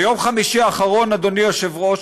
ביום חמישי האחרון, אדוני היושב-ראש,